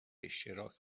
اشتراک